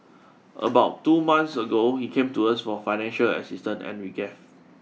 about two months ago he came to us for financial assistance and we gave